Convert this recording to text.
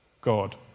God